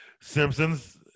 Simpsons